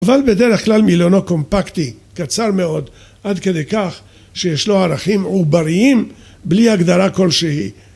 אבל בדרך כלל מילונו קומפקטי, קצר מאוד עד כדי כך שיש לו ערכים עובריים בלי הגדרה כלשהי